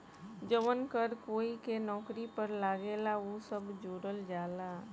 जवन कर कोई के नौकरी पर लागेला उ सब जोड़ल जाला